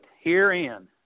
Herein